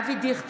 נגד אבי דיכטר,